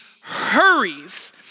hurries